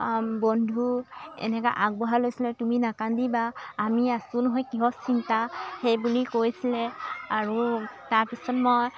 বন্ধু এনেকৈ আগবঢ়া লৈছিলে তুমি নাকান্দিবা আমি আছোঁ নহয় কিহৰ চিন্তা সেই বুলি কৈছিলে আৰু তাৰপিছত মই